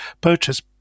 purchase